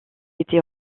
été